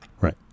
right